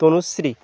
Tanushree